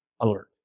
alert